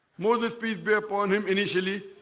moses peace be upon him initially.